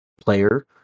player